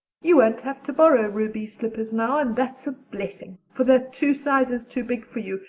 you won't have to borrow ruby's slippers now, and that's a blessing, for they're two sizes too big for you,